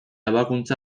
ebakuntza